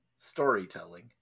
Storytelling